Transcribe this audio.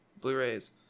Blu-rays